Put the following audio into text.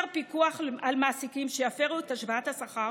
פיקוח על מעסיקים שיפירו את השוואת השכר